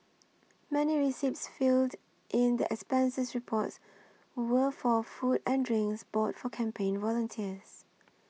many receipts filed in the expenses reports were for food and drinks bought for campaign volunteers